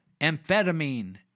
amphetamine